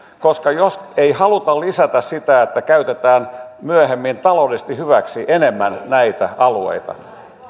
jos ei haluta lisätä sitä että käytetään myöhemmin enemmän taloudellisesti hyväksi näitä alueita